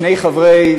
שני חברי,